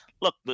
Look